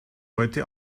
heute